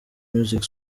music